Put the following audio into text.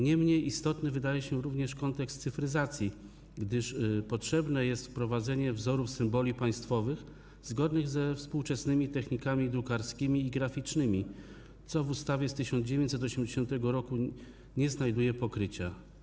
Nie mniej istotny wydaje się również kontekst cyfryzacji, gdyż potrzebne jest wprowadzenie wzorów symboli państwowych zgodnie ze współczesnymi technikami drukarskimi i graficznymi, co w ustawie z 1980 r. nie znajduje pokrycia.